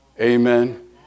Amen